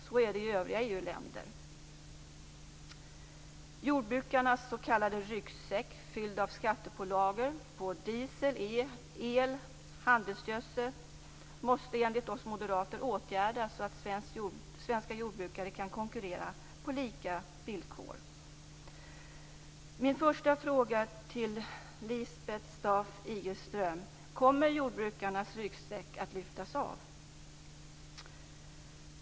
Så är det i övriga EU Jordbrukarnas s.k. ryggsäck, fylld av skattepålagor på diesel, el och handelsgödsel, måste enligt oss moderater åtgärdas så att svenska jordbrukare kan konkurrera på lika villkor. Min första fråga till Lisbeth Staaf-Igelström är: Kommer jordbrukarnas ryggsäck att lyftas av?